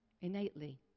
innately